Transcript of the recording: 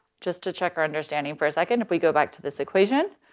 just to check our understanding for a second if we go back to this equation,